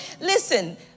Listen